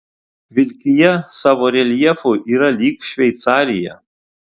vilkija savo reljefu yra lyg šveicarija